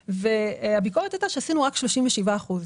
הביקורת הייתה שעשינו רק 37 אחוזים.